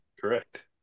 Correct